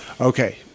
Okay